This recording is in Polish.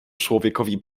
człowiekowi